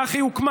כך היא הוקמה.